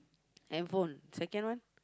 handphone second one